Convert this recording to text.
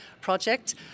project